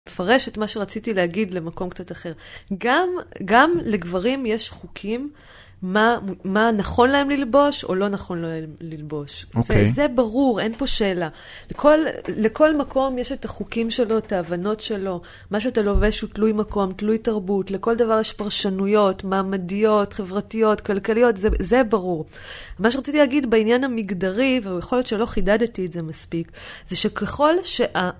מפרש את מה שרציתי להגיד למקום קצת אחר. גם גם לגברים יש חוקים, מה נכון להם ללבוש או לא נכון להם ללבוש. זה ברור, אין פה שאלה. לכל לכל מקום יש את החוקים שלו, את ההבנות שלו, מה שאתה לובש הוא תלוי מקום, תלוי תרבות, לכל דבר יש פרשנויות מעמדיות, חברתיות, כלכליות, זה ברור. מה שרציתי להגיד בעניין המגדרי, ויכול להיות שלא חידדתי את זה מספיק, זה שככל שה...